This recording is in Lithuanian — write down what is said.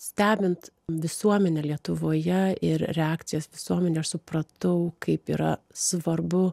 stebint visuomenę lietuvoje ir reakcijas visuomenėj aš supratau kaip yra svarbu